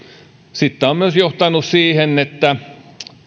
sitten tämä on myös johtanut siihen että